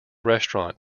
restaurant